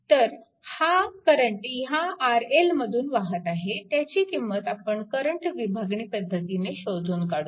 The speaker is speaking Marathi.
तर हा करंट ह्या RL मधून वाहत आहे त्याची किंमत आपण करंट विभागणी पद्धतीने शोधून काढू